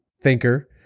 thinker